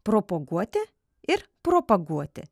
propoguoti ir propaguoti